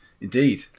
indeed